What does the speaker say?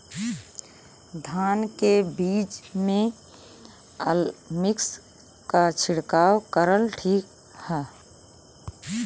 धान के बिज में अलमिक्स क छिड़काव करल ठीक ह?